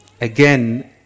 again